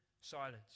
silence